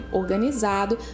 organizado